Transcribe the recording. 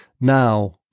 Now